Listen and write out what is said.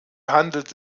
handelt